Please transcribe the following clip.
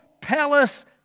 palace